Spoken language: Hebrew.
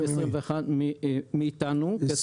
מאיתנו.